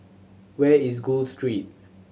where is Gul Street